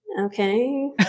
okay